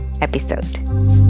episode